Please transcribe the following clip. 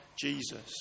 Jesus